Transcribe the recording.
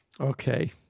Okay